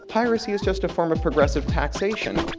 piracy is just a form of progressive taxation.